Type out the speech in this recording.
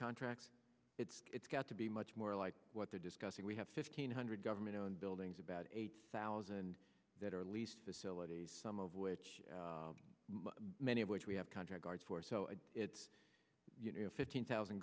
contracts it's it's got to be much more like what they're discussing we have fifteen hundred government owned buildings about eight thousand that are least facilities some of which many of which we have contract guards for so it's you know fifteen thousand